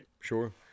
Sure